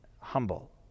humble